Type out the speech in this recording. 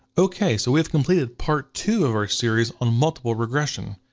okay, so we have completed part two of our series on multiple regression.